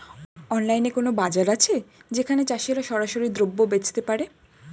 অনলাইনে কোনো বাজার আছে যেখানে চাষিরা সরাসরি দ্রব্য বেচতে পারে?